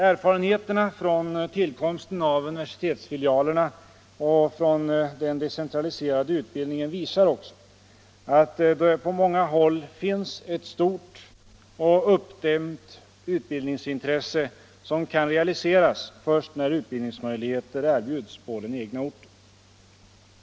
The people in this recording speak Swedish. Erfarenheterna från tillkomsten av universitetsfilialerna och från den decentraliserade utbildningen visar också att det på många håll finns ett stort och uppdämt utbildningsintresse som kan realiseras först när utbildningsmöjligheter erbjuds på den egna orten.